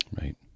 Right